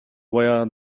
via